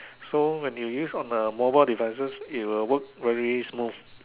so when you use on the mobile devices it would work very smooth